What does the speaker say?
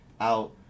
out